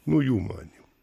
nu jų manymu